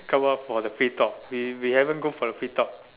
come out for the free talk we we haven't go for the free talk